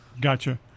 gotcha